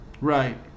Right